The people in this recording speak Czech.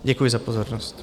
Děkuji za pozornost.